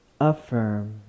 Affirm